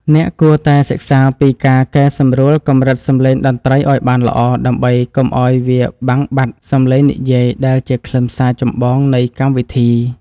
អ្នកគួរតែសិក្សាពីការកែសម្រួលកម្រិតសំឡេងតន្ត្រីឱ្យបានល្អដើម្បីកុំឱ្យវាបាត់បង់សំឡេងនិយាយដែលជាខ្លឹមសារចម្បងនៃកម្មវិធី។